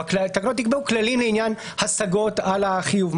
או התקנות יקבעו כללים לעניין הסגות על החיוב.